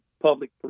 public